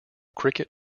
cricket